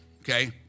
okay